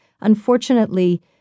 Unfortunately